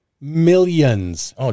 millions